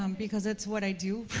um because it's what i do